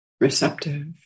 receptive